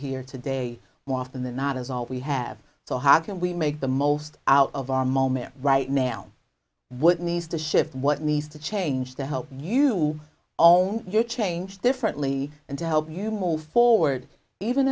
here today waft in the not is all we have so how can we make the most out of our moment right now what needs to shift what needs to change to help you own your change differently and to help you move forward even